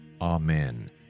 Amen